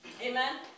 Amen